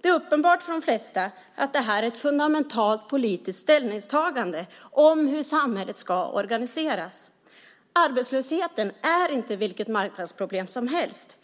Det är uppenbart för de flesta att det här är ett fundamentalt politiskt ställningstagande om hur samhället ska organiseras. Arbetslösheten är inte vilket marknadsproblem som helst.